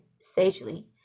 sagely